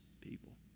people